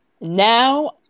Now